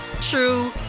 true